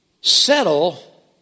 settle